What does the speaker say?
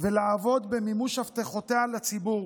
ולעבוד במימוש הבטחותיה לציבור,